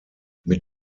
mit